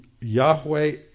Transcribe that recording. Yahweh